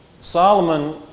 Solomon